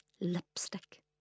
Lipstick